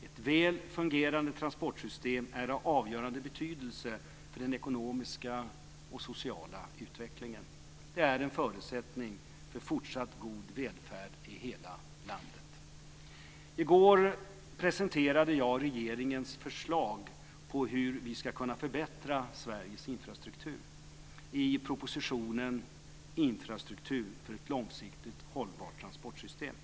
Ett väl fungerande transportsystem är av avgörande betydelse för den ekonomiska och sociala utvecklingen. Det är en förutsättning för fortsatt god välfärd i hela landet. I går presenterade jag regeringens förslag på hur vi ska kunna förbättra Sveriges infrastruktur i propositionen Infrastruktur för ett långsiktigt hållbart transportsystem.